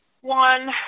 one